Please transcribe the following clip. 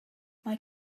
mae